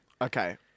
Okay